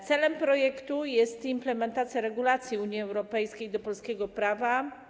Celem projektu jest implementacja regulacji Unii Europejskiej do polskiego prawa.